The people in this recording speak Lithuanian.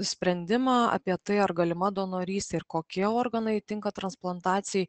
sprendimą apie tai ar galima donorystė ir kokie organai tinka transplantacijai